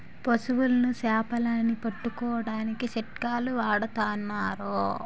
పశువులని సేపలని పట్టుకోడానికి చిక్కాలు వాడతన్నారు